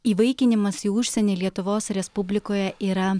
įvaikinimas į užsienį lietuvos respublikoje yra